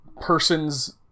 person's